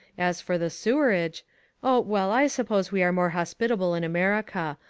as for the sewerage oh, well, i suppose we are more hospitable in america.